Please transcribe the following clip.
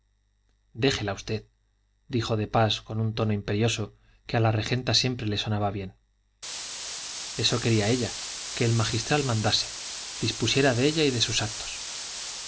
contuvo déjela usted dijo de pas con un tono imperioso que a la regenta siempre le sonaba bien eso quería ella que el magistral mandase dispusiera de ella y de sus actos